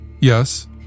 Yes